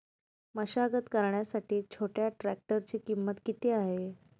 मशागत करण्यासाठी छोट्या ट्रॅक्टरची किंमत किती आहे?